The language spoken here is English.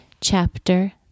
chapter